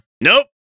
nope